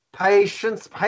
Patience